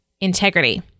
integrity